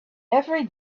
every